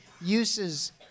uses